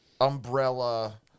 umbrella